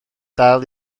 dal